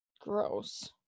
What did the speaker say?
Gross